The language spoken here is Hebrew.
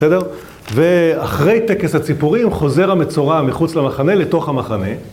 בסדר? ואחרי טקס הציפורים חוזר המצורע מחוץ למחנה לתוך המחנה.